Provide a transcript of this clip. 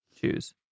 choose